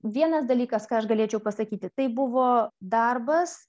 vienas dalykas ką aš galėčiau pasakyti tai buvo darbas